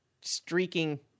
streaking